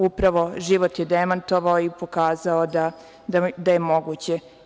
Upravo, život je demantovao i pokazao da je moguće.